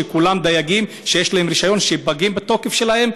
כולם דייגים שיש להם רישיונות שפג התוקף שלהם,